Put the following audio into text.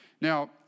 Now